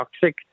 toxic